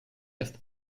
jest